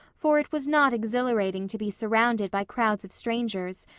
for it was not exhilarating to be surrounded by crowds of strangers,